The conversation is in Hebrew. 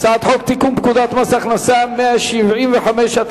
הצעת חוק לתיקון פקודת מס הכנסה (מס' 175),